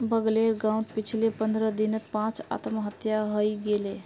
बगलेर गांउत पिछले पंद्रह दिनत पांच आत्महत्या हइ गेले